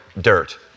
dirt